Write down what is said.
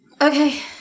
okay